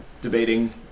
debating